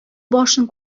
башын